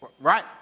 Right